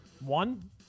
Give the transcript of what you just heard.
One